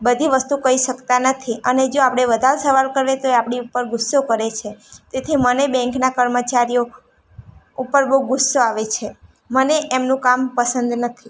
બધી વસ્તુ કહી શકતા નથી અને જો આપણે વધારે સવાલ કરીએ તો એ આપણી ઉપર ગુસ્સો કરે છે તેથી મને બેન્કના કર્મચારીઓ ઉપર બહુ ગુસ્સો આવે છે મને એમનું કામ પસંદ નથી